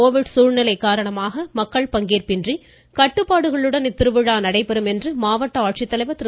Covid சூழ்நிலை காரணமாக மக்கள் பங்கேற்பின்றி கட்டுப்பாடுகளுடன் இத்திருவிழா நடைபெறும் என்று மாவட்ட ஆட்சித்தலைவர் திரு